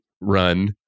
run